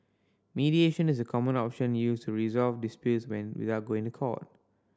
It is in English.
mediation is a common option used to resolve disputes when without going to court